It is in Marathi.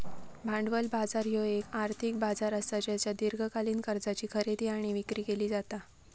भांडवल बाजार ह्यो येक आर्थिक बाजार असा ज्येच्यात दीर्घकालीन कर्जाची खरेदी आणि विक्री केली जाता